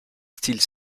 styles